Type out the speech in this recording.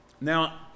Now